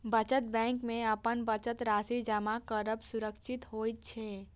बचत बैंक मे अपन बचत राशि जमा करब सुरक्षित होइ छै